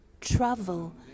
travel